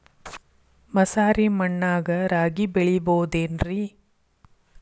ಮಸಾರಿ ಮಣ್ಣಾಗ ರಾಗಿ ಬೆಳಿಬೊದೇನ್ರೇ?